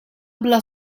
bla